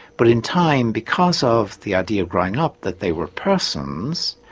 but in time, because of the idea of growing up, that they were persons,